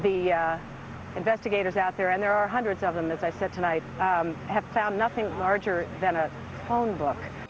the investigators out there and there are hundreds of them as i said tonight have found nothing larger than a phone bo